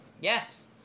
Yes